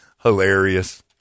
Hilarious